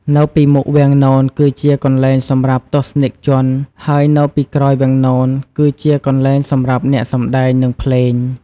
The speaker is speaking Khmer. នៅពីមុខវាំងននគឺជាកន្លែងសម្រាប់ទស្សនិកជន ហើយនៅពីក្រោយវាំងននគឺជាកន្លែងសម្រាប់អ្នកសម្តែង និងភ្លេង។